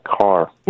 car